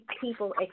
people